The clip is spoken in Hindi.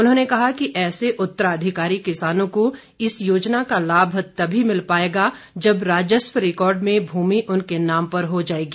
उन्होंने कहा कि ऐसे उतराधिकारी किसानों को इस योजना का लाभ तभी मिल पाएगा जब राजस्व रिकार्ड में भूमि उनके नाम पर हो जाएगी